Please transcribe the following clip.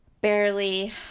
barely